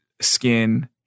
skin